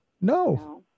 No